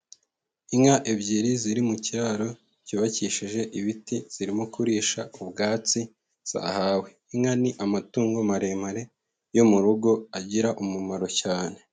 Inka ebyiri ziri mu kiraro cyubakishije ibiti, zirimo kurisha ubwatsi zahawe. Inka ni amatungo maremare yo mu rugo agira umumaro cyane.